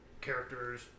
characters